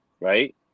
right